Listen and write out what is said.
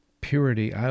purity